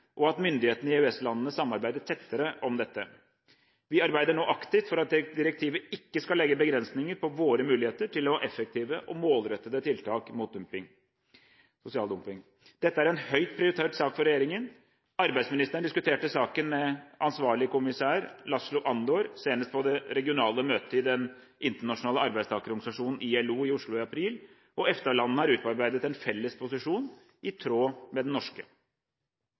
og at myndighetene i EØS-landene samarbeider tettere om dette. Vi arbeider nå aktivt for at direktivet ikke skal legge begrensninger på våre muligheter til å ha effektive og målrettede tiltak mot sosial dumping. Dette er en høyt prioritert sak for regjeringen. Arbeidsministeren diskuterte saken med ansvarlig Kommissær Làszlo Andor, senest på det regionale møtet i Den internasjonale arbeidsorganisasjonen, ILO, i Oslo i april, og EFTA-landene har utarbeidet en felles posisjon i tråd med den norske.